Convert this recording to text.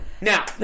Now